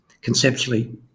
Conceptually